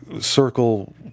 circle